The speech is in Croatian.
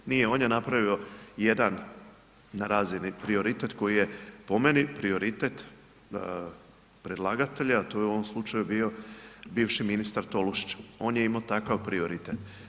Nije, on je napravio jedan na razini prioritet koji je po meni prioritet predlagatelja, a to je u ovom slučaju bio bivši ministar Tolušić, on je imao takav prioritet.